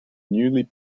newly